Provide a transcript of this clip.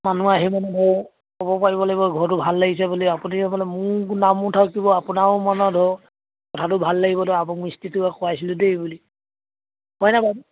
মানুহ আহি মানে ধৰক ক'ব পাৰিব লাগিব ঘৰটো ভাল লাগিছে বুলি আপুনি মানে মোৰ নামো থাকিব আপোনাৰো মানে ধৰক কথাটো ভাল লাগিব মিস্ত্ৰিটো কৰাইছিলোঁ দেই বুলি হয়নে বাৰু